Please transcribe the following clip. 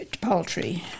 poultry